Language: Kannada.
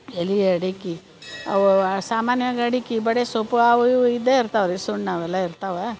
ಎಲೆ ಅಡಿಕಿ ಅವು ಸಾಮಾನ್ಯವಾಗಿ ಅಡಿಕಿ ಬಡೆಸೊಪ್ಪು ಅವು ಇವು ಇದ್ದೇ ಇರ್ತವ್ರಿ ಸುಣ್ಣ ಅವೆಲ್ಲ ಇರ್ತಾವ